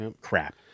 crap